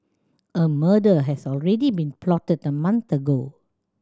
a murder has already been plotted a month ago